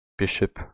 bishop